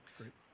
great